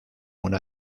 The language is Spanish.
una